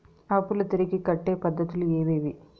అప్పులు తిరిగి కట్టే పద్ధతులు ఏవేవి